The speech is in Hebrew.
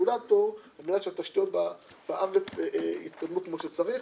כרגולטור על מנת שהתשתיות בארץ יתקדמו כמו שצריך,